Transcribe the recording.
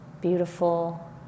beautiful